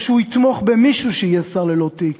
או שהוא יתמוך במישהו שיהיה שר ללא תיק?